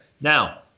Now